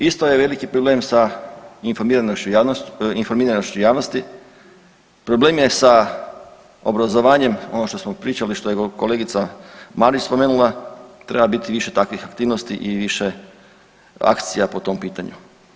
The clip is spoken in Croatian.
Isto je veliki problem sa informiranošću javnosti, problem je sa obrazovanjem ono što smo pričali što je kolegica Marić spomenula, treba biti više takvih aktivnosti i više akcija po tom pitanju.